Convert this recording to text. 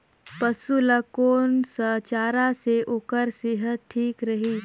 पशु ला कोन स चारा से ओकर सेहत ठीक रही?